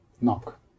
knock